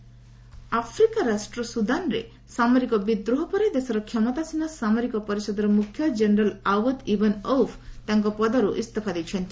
Sudan military Africa ରାଷ୍ଟ୍ର ସୁଦାନରେ ସାମରିକ ବିଦ୍ରୋହ ପରେ ଦେଶର କ୍ଷମତାସୀନ ସାମରିକ ପରିଷଦର ମୁଖ୍ୟ ଜେନେରାଲ୍ ଆଓ୍ୱଦ ଇବନ୍ ଅଉଫ୍ ତାଙ୍କ ପଦର୍ ଇସ୍ତଫା ଦେଇଛନ୍ତି